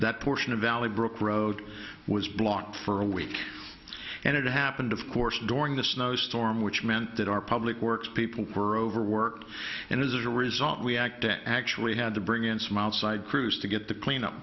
that portion of valley brook road was blocked for a week and it happened of course during the snowstorm which meant that our public works people were overworked and as a result we act actually had to bring in some outside crews to get the cleanup